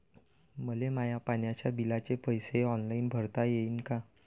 मले माया पाण्याच्या बिलाचे पैसे ऑनलाईन भरता येईन का?